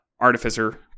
Artificer